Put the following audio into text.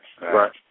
Right